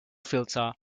filter